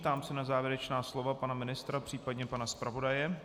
Ptám se na závěrečná slova pana ministra, příp. pana zpravodaje.